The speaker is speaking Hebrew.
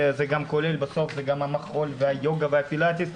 שזה גם המחול והיוגה והפילטיס,